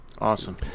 Awesome